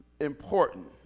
important